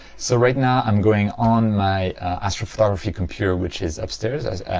so right now i'm going on my astrophotography computer which is upstairs,